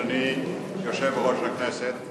אדוני יושב-ראש הכנסת,